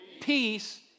peace